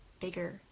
bigger